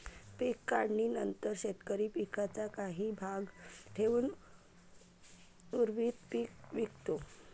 पीक काढणीनंतर शेतकरी पिकाचा काही भाग ठेवून उर्वरित पीक विकतो